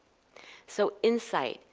so insight,